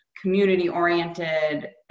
community-oriented